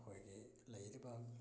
ꯑꯩꯈꯣꯏꯒꯤ ꯂꯩꯔꯤꯕ